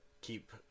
keep